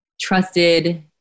trusted